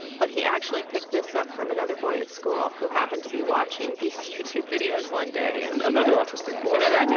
but he actually picked this up from another boy at school who happened to be watching these youtube videos one day and another autistic boy another and